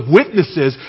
witnesses